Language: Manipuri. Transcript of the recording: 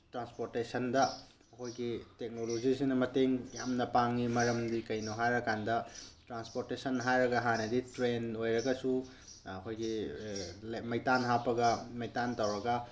ꯇ꯭ꯔꯥꯟꯁꯄꯣꯠꯇꯦꯁꯟꯗ ꯑꯩꯈꯣꯏꯒꯤ ꯇꯦꯛꯅꯣꯂꯣꯖꯤꯅ ꯃꯇꯦꯡ ꯌꯥꯝꯅ ꯄꯥꯡꯏ ꯃꯔꯝꯗꯤ ꯀꯩꯅꯣ ꯍꯥꯏꯔꯀꯥꯟꯗ ꯇꯔꯥꯟꯁꯄꯣꯠꯇꯦꯁꯟ ꯍꯥꯏꯔꯒ ꯍꯥꯟꯅꯗꯤ ꯇ꯭ꯔꯦꯟ ꯑꯣꯏꯔꯒꯁꯨ ꯑꯩꯈꯣꯏꯒꯤ ꯃꯩꯇꯥꯟ ꯍꯥꯞꯄꯒ ꯃꯩꯇꯥꯟ ꯇꯧꯔꯒ